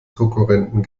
konkurrenten